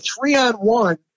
three-on-one